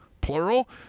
plural